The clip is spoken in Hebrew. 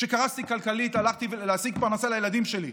כשקרסתי כלכלית הלכתי להשיג פרנסה לילדים שלי,